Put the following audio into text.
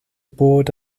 board